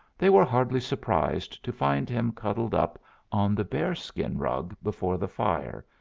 they were hardly surprised to find him cuddled up on the bearskin rug before the fire,